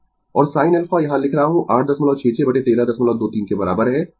और sin α यहाँ लिख रहा हूँ 866 1323 के बराबर है